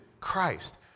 Christ